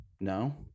No